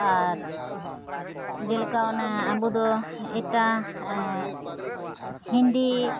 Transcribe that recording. ᱟᱨ ᱡᱮᱞᱮᱠᱟ ᱚᱱᱟ ᱟᱵᱚᱫᱚ ᱮᱴᱟ ᱦᱤᱱᱫᱤ